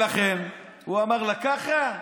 לכן, הוא אמר לה: ככה?